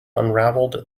unraveled